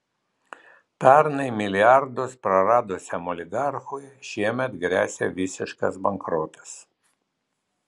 pernai milijardus praradusiam oligarchui šiemet gresia visiškas bankrotas